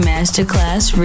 Masterclass